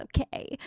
Okay